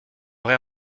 vrai